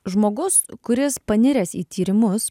žmogus kuris paniręs į tyrimus